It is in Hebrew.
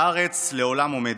והארץ לעולם עומדת.